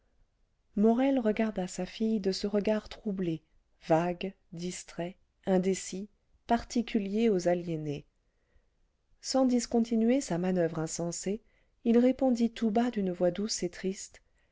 morel regarda sa fille de ce regard troublé vague distrait indécis particulier aux aliénés sans discontinuer sa manoeuvre insensée il répondit tout bas d'une voix douce et triste